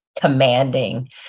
commanding